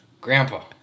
Grandpa